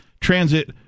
transit